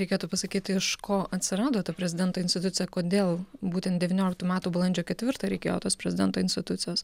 reikėtų pasakyti iš ko atsirado ta prezidento institucija kodėl būtent devynioliktų metų balandžio ketvirtą reikėjo tos prezidento institucijos